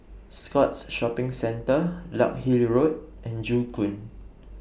Scotts Shopping Centre Larkhill Road and Joo Koon